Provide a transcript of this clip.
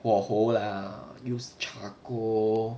bo ho lah use charcoal